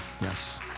Yes